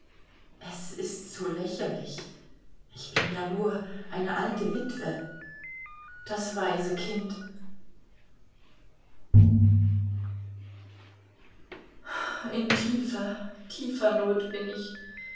es ist so lächerlich ich bin ja nur eine alte witwe das weise kind in tiefer tiefer not bin ich